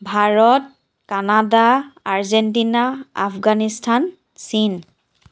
Bharat Canada Argentina Afghanistan চীন